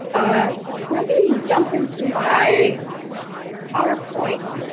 ah let me jump into my powerpoint.